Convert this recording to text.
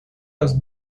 los